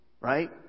right